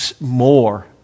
more